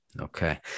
Okay